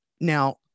now